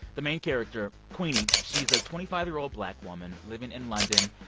the main character, queenie, she's a twenty five year old black woman living in london.